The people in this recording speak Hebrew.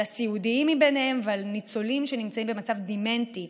על הסיעודיים מביניהם ועל ניצולים שנמצאים במצב דמנטי.